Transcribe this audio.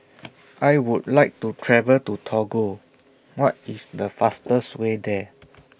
I Would like to travel to Togo What IS The fastest Way There